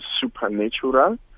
supernatural